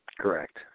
Correct